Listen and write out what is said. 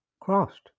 crossed